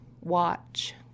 watch